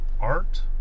Art